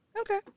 Okay